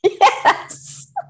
Yes